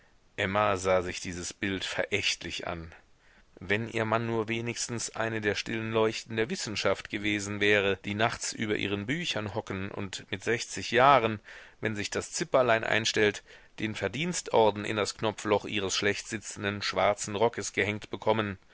emma sah sich dieses bild verächtlich an wenn ihr mann nur wenigstens eine der stillen leuchten der wissenschaft gewesen wäre die nachts über ihren büchern hocken und mit sechzig jahren wenn sich das zipperlein einstellt den verdienstorden in das knopfloch ihres schlecht sitzenden schwarzen rockes gehängt bekommen